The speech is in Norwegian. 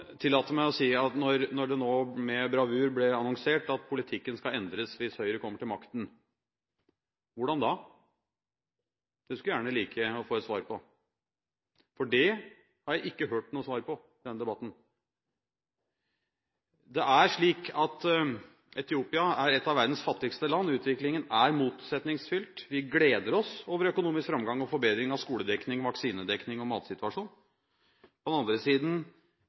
meg å spørre, når det nå med bravur ble annonsert at politikken skal endres hvis Høyre kommer til makten: Hvordan da? Det skulle jeg gjerne like å få et svar på, for det har jeg ikke fått noe svar på i denne debatten. Det er slik at Etiopia er et av verdens fattigste land. Utviklingen er motsetningsfylt. Vi gleder oss over økonomisk framgang og forbedring av skoledekning, vaksinedekning og matsituasjonen. På den andre siden